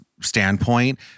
Standpoint